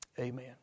amen